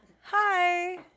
Hi